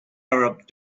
arab